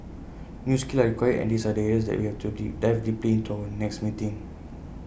new skills are required and these are that areas we have to dive deeply into in our next meeting